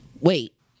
Wait